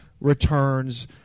returns